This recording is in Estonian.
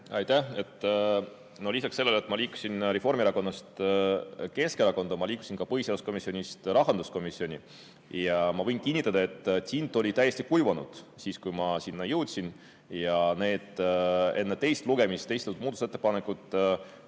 Aitäh! No lisaks sellele, et ma liikusin Reformierakonnast Keskerakonda, liikusin ma ka põhiseaduskomisjonist rahanduskomisjoni. Ma võin kinnitada, et tint oli täiesti kuivanud, kui ma sinna jõudsin, ja need enne teist lugemist esitatud muudatusettepanekud